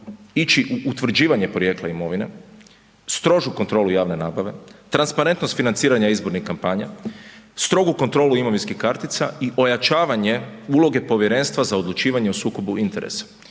ići u utvrđivanje porijekla imovine, strožu kontrolu javne nabave, transparentnost financiranja izbornih kampanja, strogu kontrolu imovinskih kartica i ojačavanje uloge Povjerenstva za odlučivanje o sukobu interesa